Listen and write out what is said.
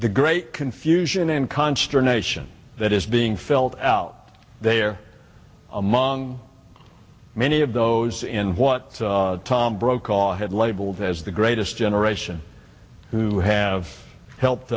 the great confusion in consternation that is being felt out there among many of those in what tom brokaw had labeled as the greatest generation who have helped